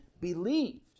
believed